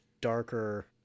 darker